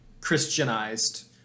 Christianized